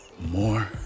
more